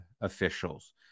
officials